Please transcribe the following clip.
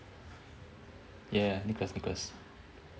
ya nicholas nicholas